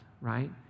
right